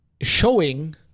showing